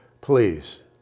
please